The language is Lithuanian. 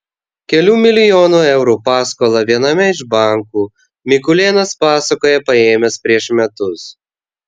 kelių milijonų eurų paskolą viename iš bankų mikulėnas pasakoja paėmęs prieš metus